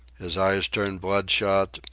his eyes turned blood-shot,